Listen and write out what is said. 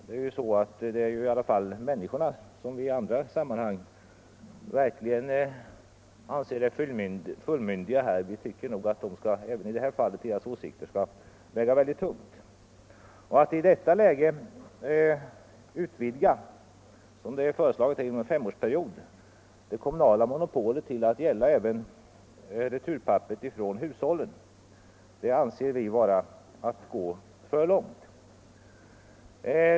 Det gäller ju här människor som i andra sammanhang anses vara fullmyndiga, och vad de tycker bör även i detta fall väga mycket tungt. Att i detta läge för en femårsperiod utvidga, som det föreslås i propositionen, det kommunala monopolet till att gälla även returpapper från hushållen anser vi vara att gå för långt.